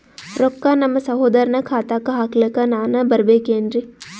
ರೊಕ್ಕ ನಮ್ಮಸಹೋದರನ ಖಾತಾಕ್ಕ ಹಾಕ್ಲಕ ನಾನಾ ಬರಬೇಕೆನ್ರೀ?